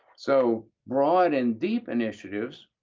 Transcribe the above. so broad and deep initiatives,